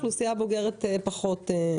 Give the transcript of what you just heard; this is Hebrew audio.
האוכלוסייה הבוגרת פחות.